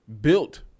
built